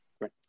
Right